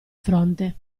fronte